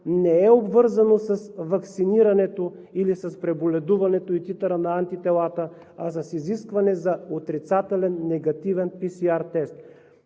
не е обвързано с ваксинирането или с преболедуването и титъра на антителата, а с изискване за отрицателен – негативен, PCR тест.